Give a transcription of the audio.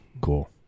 Cool